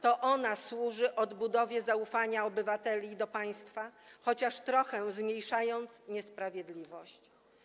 To ona służy odbudowie zaufania obywateli do państwa, chociaż trochę zmniejszając niesprawiedliwość.